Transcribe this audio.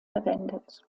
verwendet